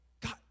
God